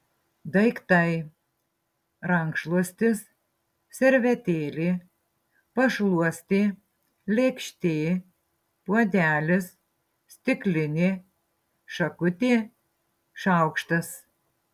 daiktai rankšluostis servetėlė pašluostė lėkštė puodelis stiklinė šakutė šaukštas